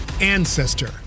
ancestor